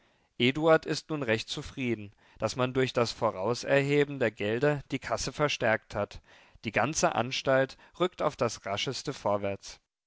ist nun recht zufrieden daß man durch das vorauserheben der gelder die kasse verstärkt hat die ganze anstalt rückt auf das rascheste vorwärts